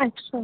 अच्छा